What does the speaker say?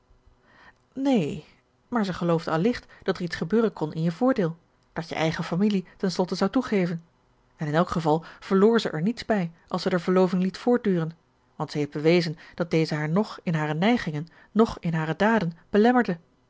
neen maar zij geloofde allicht dat er iets gebeuren kon in je voordeel dat je eigen familie ten slotte zou toegeven en in elk geval verloor zij er niets bij als zij de verloving liet voortduren want zij heeft bewezen dat deze haar noch in hare neigingen noch in hare daden belemmerde